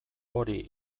hori